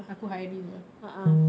aku high risk ah